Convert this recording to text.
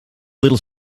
little